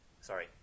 Sorry